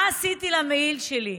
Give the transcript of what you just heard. מה עשיתי למעיל שלי?